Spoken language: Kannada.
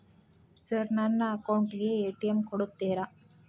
ಸರ್ ನನ್ನ ಅಕೌಂಟ್ ಗೆ ಎ.ಟಿ.ಎಂ ಕೊಡುತ್ತೇರಾ?